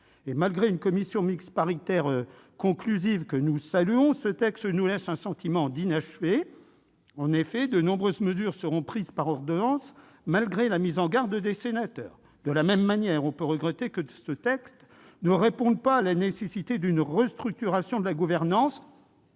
Malgré une commission mixte paritaire conclusive, que nous saluons, ce texte nous laisse un sentiment d'inachevé. En effet, de nombreuses mesures seront prises par ordonnance malgré la mise en garde des sénateurs. De la même manière, on peut regretter que ce texte ne réponde pas à la nécessité d'une restructuration de la gouvernance